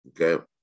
okay